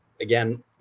again